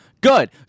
Good